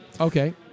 Okay